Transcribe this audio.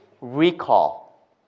recall